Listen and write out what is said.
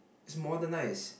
it's modernised